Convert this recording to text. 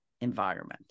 environment